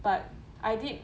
but I did